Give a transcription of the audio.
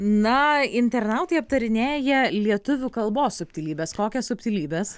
na internautai aptarinėja lietuvių kalbos subtilybes kokias subtilybes